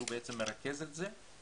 שהוא מרכז את זה,